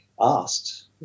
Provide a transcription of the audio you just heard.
asked